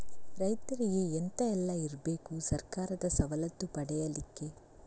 ರೈತರಿಗೆ ಎಂತ ಎಲ್ಲ ಇರ್ಬೇಕು ಸರ್ಕಾರದ ಸವಲತ್ತು ಪಡೆಯಲಿಕ್ಕೆ?